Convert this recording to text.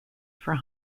for